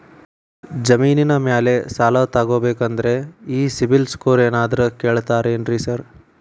ಜಮೇನಿನ ಮ್ಯಾಲೆ ಸಾಲ ತಗಬೇಕಂದ್ರೆ ಈ ಸಿಬಿಲ್ ಸ್ಕೋರ್ ಏನಾದ್ರ ಕೇಳ್ತಾರ್ ಏನ್ರಿ ಸಾರ್?